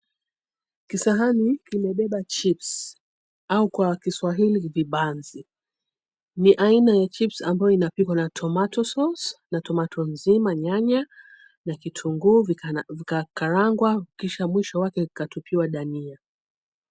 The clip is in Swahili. Kisahani kimebeba chips au kwa Kiswahili vibanzi. Ni aina ya chips ambayo inapikwa na tomato sauce na tomato nzima nyanya na kitunguu vikakarangwa kisha mwisho wake ikatupiwa dania.